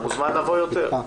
אתה מוזמן לבוא יותר.